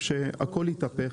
בתחום הפירות,